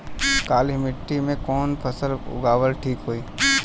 काली मिट्टी में कवन फसल उगावल ठीक होई?